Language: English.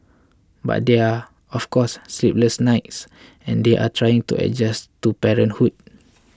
but there are of course sleepless nights and they are trying to adjust to parenthood